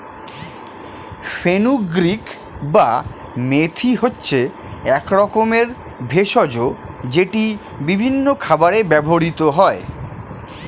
fenugreek বা মেথি হচ্ছে এক রকমের ভেষজ যেটি বিভিন্ন খাবারে ব্যবহৃত হয়